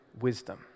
wisdom